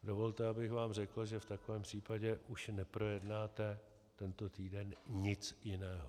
Dovolte, abych vám řekl, že v takovém případě už neprojednáte tento týden nic jiného.